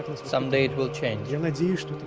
someday it will change and yeah that